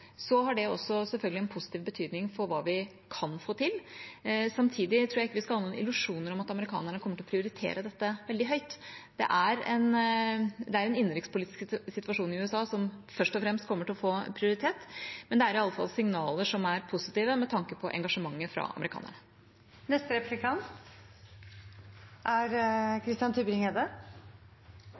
har det også selvfølgelig en positiv betydning for hva vi kan få til. Samtidig tror jeg ikke vi skal ha noen illusjoner om at amerikanerne kommer til å prioritere dette veldig høyt. Det er en innenrikspolitisk situasjon i USA som først og fremst kommer til å få prioritet, men det er iallfall signaler som er positive med tanke på engasjementet fra amerikanerne. Det er